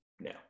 No